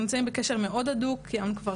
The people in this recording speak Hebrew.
אנחנו נמצאים בקשר מאוד הדוק וקיימנו כבר